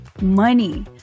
money